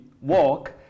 walk